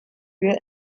real